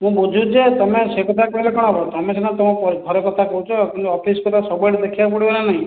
ମୁଁ ବୁଝୁଛି ଯେ ତମେ ସେ କଥା କହିଲେ କଣ ହେବ ତମେ ସିନା ତୁମ ଘର କଥା କହୁଛ କିନ୍ତୁ ଅଫିସ୍ କଥା ସବୁଆଡ଼ୁ ଦେଖିବାକୁ ପଡ଼ିବନା ନାଇ